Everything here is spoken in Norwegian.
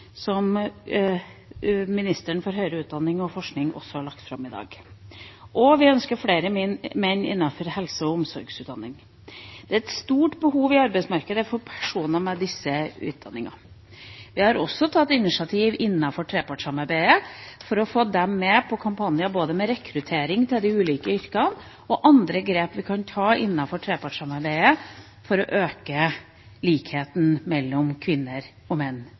slik ministeren for høyere utdanning og forskning også har lagt fram i dag. Vi ønsker også flere menn innenfor helse- og omsorgsutdanning. Det er et stort behov i arbeidsmarkedet for personer med disse utdanningene. Vi har også tatt initiativ innenfor trepartssamarbeidet for å få dem med på tiltak om rekruttering til de ulike yrkene, og på andre grep vi kan ta innenfor trepartssamarbeidet for å øke likheten mellom kvinners og